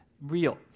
real